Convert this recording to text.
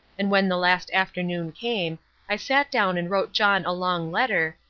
and when the last afternoon came i sat down and wrote john a long letter,